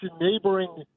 neighboring